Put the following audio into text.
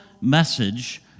message